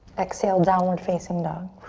exhale, downward facing dog.